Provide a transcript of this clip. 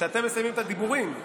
שאתם מסיימים את הדיבורים.